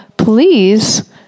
Please